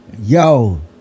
Yo